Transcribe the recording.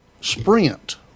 Sprint